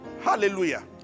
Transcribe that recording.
Hallelujah